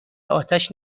آتش